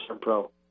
pro